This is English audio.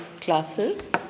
classes